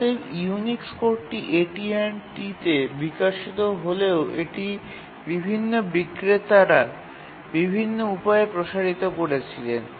অতএব ইউনিক্স কোডটি AT T তে বিকশিত হলেও এটি বিভিন্ন বিক্রেতারা বিভিন্ন উপায়ে প্রসারিত করেছিলেন